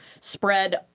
spread